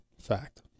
Fact